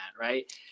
right